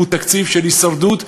הוא תקציב של הישרדות,